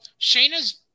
Shayna's